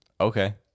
Okay